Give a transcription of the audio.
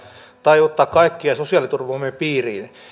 tai ottaa kaikkia sosiaaliturvamme piiriin